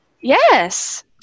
Yes